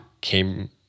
came